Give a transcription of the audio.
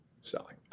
selling